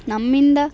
ನಮ್ಮಿಂದ